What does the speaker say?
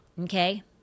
okay